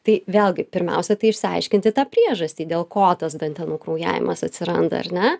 tai vėlgi pirmiausia tai išsiaiškinti tą priežastį dėl ko tas dantenų kraujavimas atsiranda ar ne